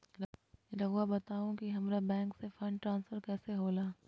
राउआ बताओ कि हामारा बैंक से फंड ट्रांसफर कैसे होला?